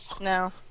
No